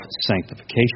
sanctification